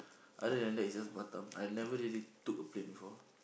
other than that it's just Batam I never really took a plane before